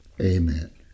Amen